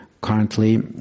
Currently